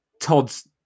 Todd's